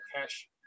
cash